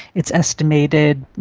it's estimated,